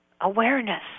awareness